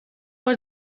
بار